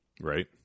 Right